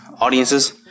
audiences